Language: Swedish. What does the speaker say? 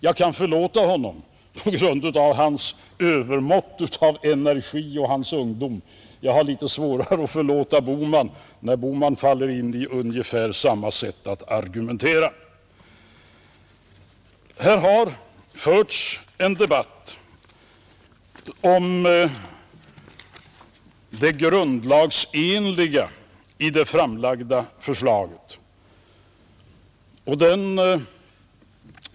Jag kan förlåta honom på grund av hans övermått på energi och hans ungdom, Jag har svårare att förlåta herr Bohman när han faller in i samma sätt att argumentera. Här har förts en debatt om det grundlagsenliga i det framlagda förslaget.